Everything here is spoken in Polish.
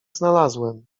znalazłem